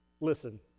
Listen